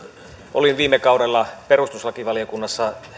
olin viime kaudella perustuslakivaliokunnassa